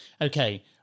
Okay